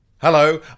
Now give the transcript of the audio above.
Hello